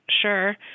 sure